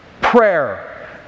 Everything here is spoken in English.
prayer